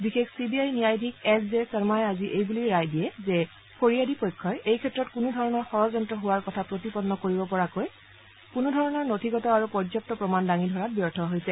বিশেষ চিবিআই ন্যায়াধীশ S J শৰ্মাই আজি এই বুলি ৰায় দিয়ে যে ফৰিয়াদি পক্ষই এই ক্ষেত্ৰত কোনো ধৰণৰ ষড়যন্ত্ৰ হোৱাৰ কথা প্ৰতিপন্ন কৰিব পৰাকৈ কোনো ধৰণৰ নথিগত আৰু পৰ্যাপু প্ৰমাণ দাঙি ধৰাত ব্যৰ্থ হৈছে